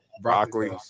broccoli